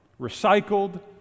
recycled